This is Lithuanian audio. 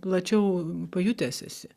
plačiau pajutęs esi